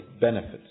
benefits